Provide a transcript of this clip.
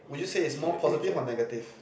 would you say it's more positive or negative